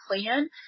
plan